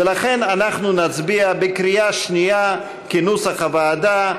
ולכן אנחנו נצביע בקריאה שנייה כנוסח הוועדה.